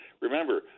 Remember